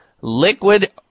Liquid